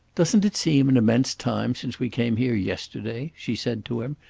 doesn't it seem an immense time since we came here yesterday? she said to him.